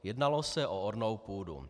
Jednalo se o ornou půdu.